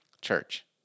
church